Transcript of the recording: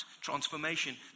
transformation